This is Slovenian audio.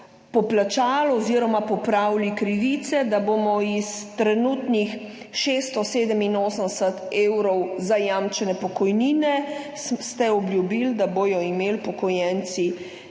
poplačali oziroma popravili krivice, da bomo iz trenutnih 687 evrov zajamčene pokojnine, ste obljubili, da bodo imeli upokojenci